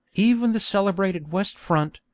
even the celebrated west front,